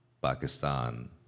Pakistan